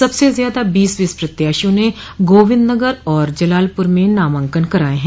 सबसे ज्यादा बीस बीस प्रत्याशियों ने गोविन्दनगर और जलालपूर में नामांकन कराये हैं